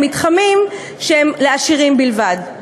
למתחמים שהם לעשירים בלבד.